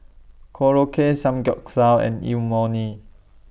Korokke Samgeyopsal and Imoni